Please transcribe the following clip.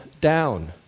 down